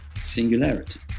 singularity